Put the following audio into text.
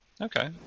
Okay